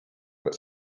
but